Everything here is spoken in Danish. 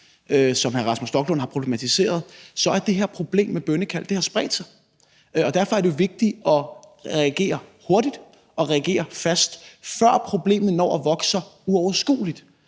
som hr. Rasmus Stoklund har problematiseret, har det her problem med bønnekald spredt sig. Derfor er det jo vigtigt at reagere hurtigt og reagere fast, før problemet når at vokse sig uoverskueligt,